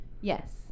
Yes